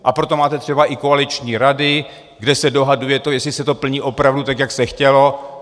A proto máte třeba i koaliční rady, kde se dohaduje to, jestli se to plní opravdu tak, jak se chtělo.